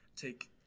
take